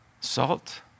Salt